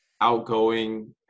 outgoing